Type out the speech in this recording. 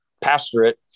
pastorate